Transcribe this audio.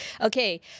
Okay